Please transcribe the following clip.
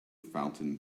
fountain